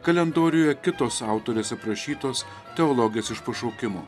kalendoriuje kitos autorės aprašytos teologės iš pašaukimo